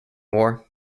war